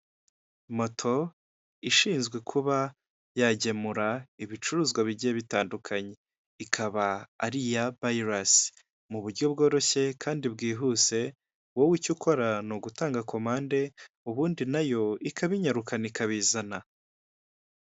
Moto ishinzwe kuba yagemura ibicuruzwa bigiye bitandukanye, ikaba ari iya biruus. Mu buryo bworoshye kandi bwihuse wowe icyo ukora ni ugutanga kommande ubundi nayo ikabinyarukana ikabizana.